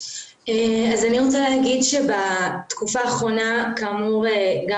אני רוצה לומר שבתקופה האחרונה, אני